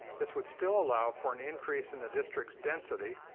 this would still allow for an increase in the district's density.